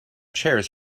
chairs